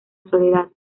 sociedad